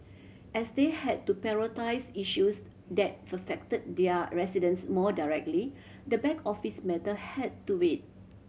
as they had to prioritise issues that affected their residents more directly the back office matter had to wait